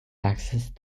accessed